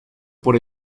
por